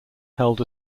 held